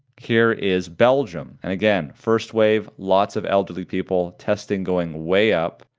here is belgium and, again, first wave, lots of elderly people, testing going way up,